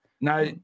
Now